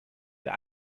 der